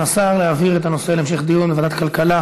השר להעביר את הנושא להמשך דיון בוועדת הכלכלה.